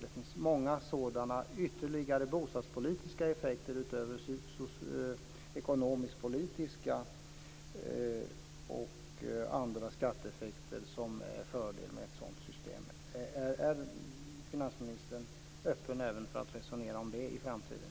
Det finns alltså många sådana ytterligare bostadspolitiska effekter utöver de ekonomiskpolitiska och andra skatteeffekter som är en fördel med ett sådant system. Är finansministern öppen även för att resonera om detta i framtiden?